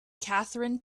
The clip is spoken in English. catherine